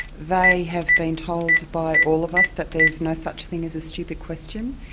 they have been told by all of us that there's no such thing as a stupid question.